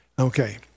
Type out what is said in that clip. Okay